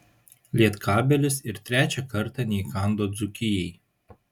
lietkabelis ir trečią kartą neįkando dzūkijai